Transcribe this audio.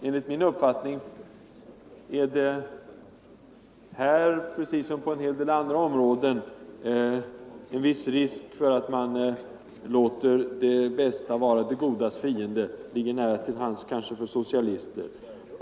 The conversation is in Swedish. Enligt min uppfattning låter de det bästa bli det godas fiende —- det ligger kanske nära till hands för socialister.